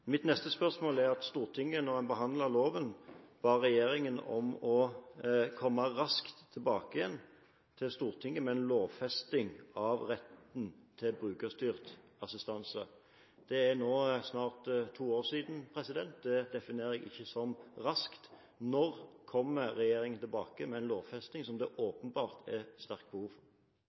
Mitt neste spørsmål er: Da Stortinget behandlet loven, ba man regjeringen om å komme raskt tilbake til Stortinget med en lovfesting av retten til brukerstyrt assistanse. Dette er nå snart to år siden, og det definerer jeg ikke som «raskt». Når kommer regjeringen tilbake med en lovfesting, som det åpenbart er sterkt behov for?